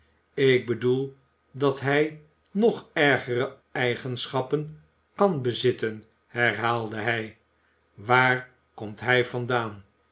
ik bedoel dat hij nog ergere eigenschappen kan bezitten herhaalde hij waar komt hij vandaan